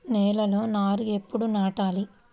నేలలో నారు ఎప్పుడు నాటాలి?